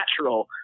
natural